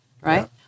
right